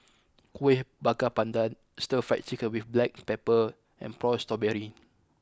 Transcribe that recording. Kuih Bakar Pandan Stir Fried Chicken with Black Pepper and Prata Berry